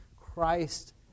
Christ